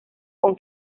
con